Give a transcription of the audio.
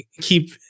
keep